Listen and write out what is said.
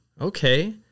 Okay